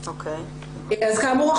אז כאמור,